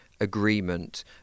agreement